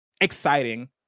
exciting